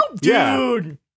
Dude